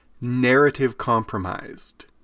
narrative-compromised